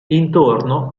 intorno